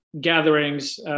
gatherings